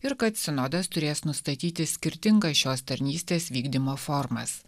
ir kad sinodas turės nustatyti skirtingas šios tarnystės vykdymo formas